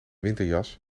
winterjas